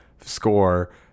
score